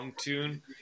tune